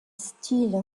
steel